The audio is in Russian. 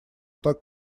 так